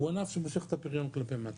הוא ענף שמושך את הפריון כלפי מטה.